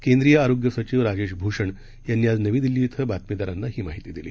केंद्रीय आरोग्य सचिव राजेश भूषण यांनी आज नवी दिल्ली इथं बातमीदारांना ही माहिती दिली